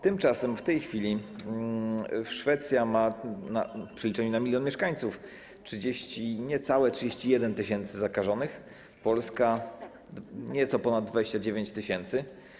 Tymczasem w tej chwili Szwecja ma w przeliczeniu na milion mieszkańców niecałe 31 tys. zakażonych, a Polska - nieco ponad 29 tys.